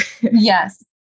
Yes